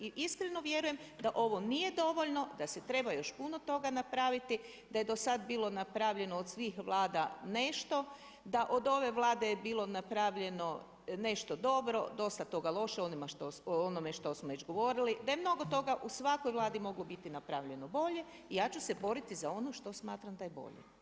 I iskreno vjerujem da ovo nije dovoljno, da se treba još puno toga napraviti, da je do sad bilo napravljeno od svih Vlada nešto, da od ove Vlade je bilo napravljeno nešto dobro, dosta toga loše, onome što smo već govorili, da je mnogo toga u svakoj Vladi moglo biti napravljeno bolje i ja ću se boriti za ono što smatram da je bolje.